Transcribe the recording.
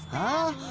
oh,